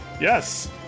Yes